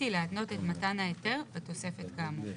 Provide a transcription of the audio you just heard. היא להתנות את מתן ההיתר בתוספת כאמור,